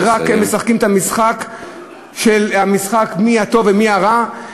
ורק הם משחקים את המשחק של מי הטוב ומי הרע?